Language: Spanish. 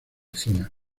zona